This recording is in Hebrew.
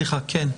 כן.